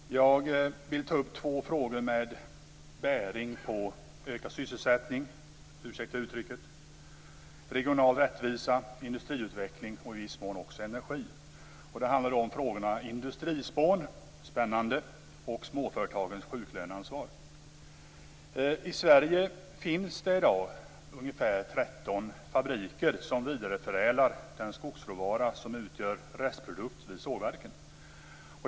Fru talman! Jag vill ta upp två frågor med bäring på ökad sysselsättning, regional rättvisa, industriutveckling och i viss mån energi. Det gäller då frågan om industrispånen och om småföretagens sjuklöneansvar. I Sverige finns det i dag ca 13 fabriker som vidareförädlar den skogsråvara som utgör restprodukt vid sågverken.